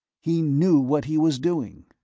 he knew what he was doing.